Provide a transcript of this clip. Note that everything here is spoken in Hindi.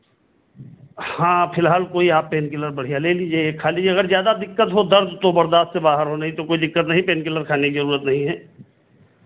हाँ फिलहाल कोई आप पेन किलर बढ़ियाँ ले लीजिए एक खा लीजिए अगर ज़्यादा दिक्कत हो दर्द तो बर्दास्त से बाहर हो नहीं तो कोई दिक्कत नहीं पेन किलर खाने की ज़रूरत नहीं है